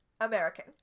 American